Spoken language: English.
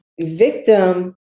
Victim